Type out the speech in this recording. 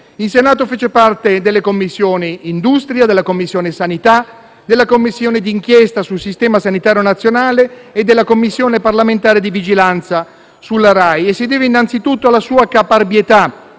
In Senato fece parte della Commissione industria, della Commissione sanità, della Commissione d'inchiesta sul Sistema sanitario nazionale e della Commissione parlamentare di vigilanza sulla RAI. Si deve innanzitutto alla sua caparbietà